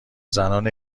زنان